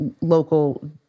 local